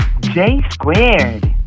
J-squared